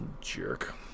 Jerk